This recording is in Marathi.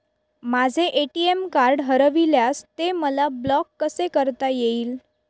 माझे ए.टी.एम कार्ड हरविल्यास ते मला ब्लॉक कसे करता येईल?